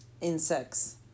insects